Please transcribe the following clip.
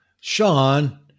Sean